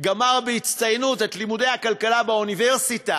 גמר בהצטיינות את לימודי הכלכלה באוניברסיטה